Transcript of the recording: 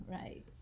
right